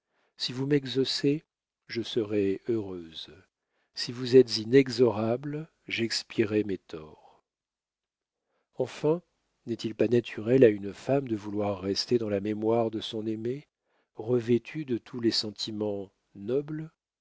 si vous m'exaucez je serai heureuse si vous êtes inexorable j'expierai mes torts enfin n'est-il pas naturel à une femme de vouloir rester dans la mémoire de son aimé revêtue de tous les sentiments nobles